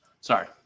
Sorry